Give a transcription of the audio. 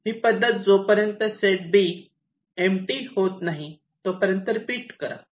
ही पद्धत जोपर्यंत set B empty होत नाही तोपर्यंत रिपीट करा